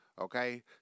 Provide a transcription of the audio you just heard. Okay